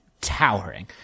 towering